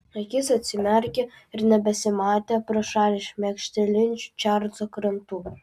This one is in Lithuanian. akys atsimerkė ir nebesimatė pro šalį šmėkštelinčių čarlzo krantų